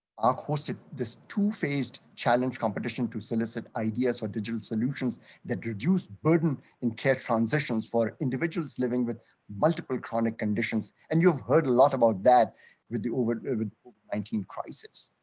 are course it this too faced challenge competition to solicit ideas for digital solutions that reduced burden and care transitions for individuals living with multiple chronic conditions and you've heard a lot about that with the over over nineteen crisis.